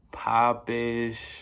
pop-ish